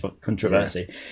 controversy